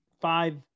five